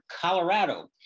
Colorado